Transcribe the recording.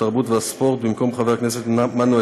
התרבות והספורט: במקום חבר הכנסת מנואל